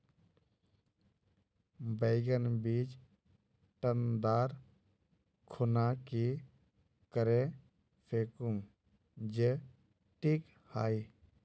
बैगन बीज टन दर खुना की करे फेकुम जे टिक हाई?